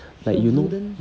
like you know